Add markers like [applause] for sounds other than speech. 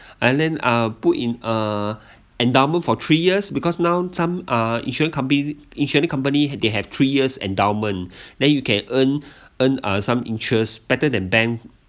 and then uh put in uh endowment for three years because now some uh insurance compy~ insurance company they have three years endowment [breath] then you can earn [breath] earn uh some interest better than bank